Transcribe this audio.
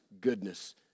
goodness